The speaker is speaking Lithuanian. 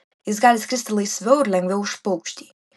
jis gali skristi laisviau ir lengviau už paukštį